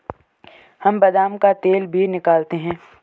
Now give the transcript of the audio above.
हम बादाम का तेल भी निकालते हैं